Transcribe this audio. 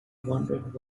wanted